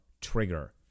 trigger